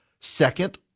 Second